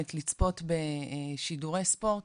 היכולת לצפות בשידורי ספורט